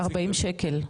ארבעים שקל.